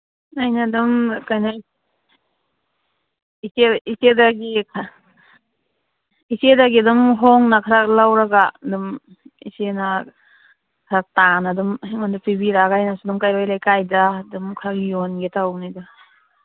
ꯑꯩꯅ ꯑꯗꯨꯝ ꯀꯩꯅꯣ ꯏꯆꯦ ꯏꯆꯦꯗꯒꯤ ꯏꯆꯦꯗꯒꯤ ꯑꯗꯨꯝ ꯍꯣꯡꯅ ꯈꯔ ꯂꯧꯔꯒ ꯑꯗꯨꯝ ꯏꯆꯦꯅ ꯈꯔ ꯇꯥꯅ ꯑꯗꯨꯝ ꯑꯩꯉꯣꯟꯗ ꯄꯤꯕꯤꯔꯛꯑꯒ ꯑꯩꯅꯁꯨ ꯀꯩꯔꯣꯜ ꯂꯩꯀꯥꯏꯗ ꯑꯗꯨꯝ ꯈꯔ ꯌꯣꯟꯒꯦ ꯇꯧꯕꯅꯤꯗ